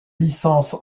licence